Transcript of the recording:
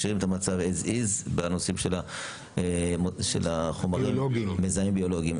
משאירים את המצב as is בנושאים של החומרים מזהמים ביולוגיים.